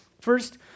First